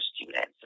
students